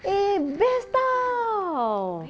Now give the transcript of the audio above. eh best tahu